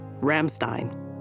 Ramstein